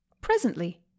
Presently